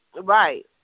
Right